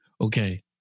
Okay